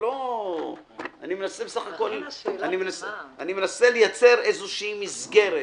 מנסה לייצר איזו מסגרת,